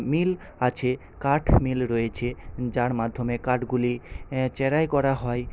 মিল আছে কাঠ মিল রয়েছে যার মাধ্যমে কাঠগুলি চেরাই করা হয়